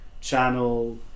channel